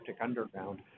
underground